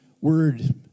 word